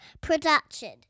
production